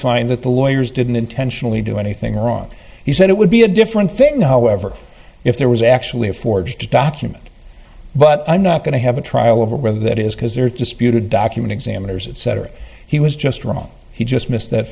find that the lawyers didn't intentionally do anything wrong he said it would be a different thing however if there was actually a forged document but i'm not going to have a trial over whether that is because there are disputed document examiners etc he was just wrong he just missed that